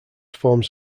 forms